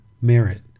merit